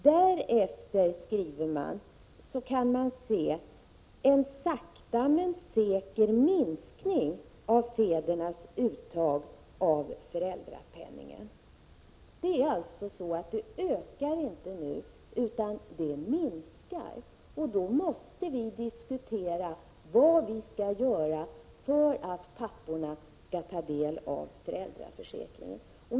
Därefter, sägs det i rapporten, kan man se en sakta men säker minskning av fädernas uttag av föräldrapenningen. Detta uttag ökar alltså inte nu, utan det minskar. Då måste vi diskutera vad vi skall göra för att papporna skall utnyttja föräldraförsäkringen.